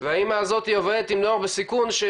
והאימא הזאת עובדת עם נוער בסיכון שהוא